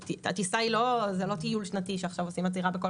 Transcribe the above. הטיסה היא לא טיול שנתי שעכשיו עושים עצירה בכל